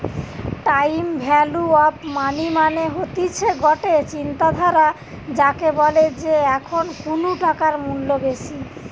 time value of money মানে হতিছে গটে চিন্তাধারা যাকে বলে যে এখন কুনু টাকার মূল্য বেশি